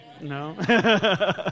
no